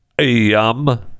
Yum